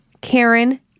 Karen